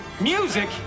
music